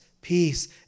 peace